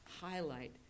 highlight